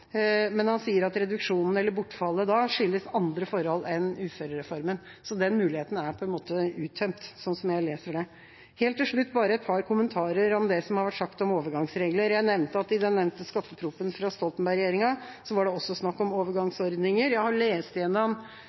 men han sier at reduksjonen eller bortfallet da skyldes andre forhold enn uførereformen, så den muligheten er på en måte uttømt, sånn som jeg leser det. Helt til slutt har jeg bare et par kommentarer om det som har vært sagt om overgangsregler. Jeg nevnte at i den nevnte skatteproposisjonen fra Stoltenberg-regjeringa var det også snakk om overgangsordninger. Jeg har lest